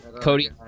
Cody